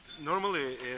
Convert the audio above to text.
Normally